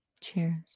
Cheers